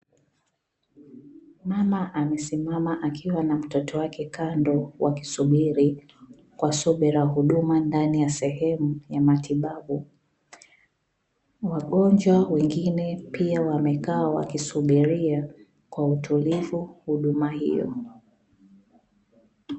Mama amesimama akiwa na mtoto wake kando, wakisubiri kwa subira huduma ndani ya sehemu ya matibabu, wagonjwa wengine pia wamekaa wakisubiria kwa utulivu huduma hiyo.